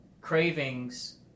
cravings